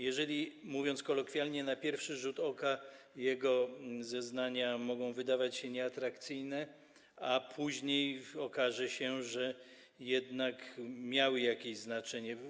Jeżeli, mówiąc kolokwialnie, na pierwszy rzut oka zeznania mogą wydawać się nieatrakcyjne, a później okaże się, że jednak miały jakieś znaczenie?